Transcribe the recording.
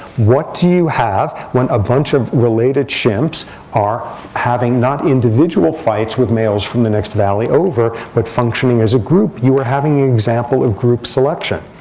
what do you have when a bunch of related chimps are having not individual fights with males from the next valley over, but functioning as a group? you are having an example of group selection,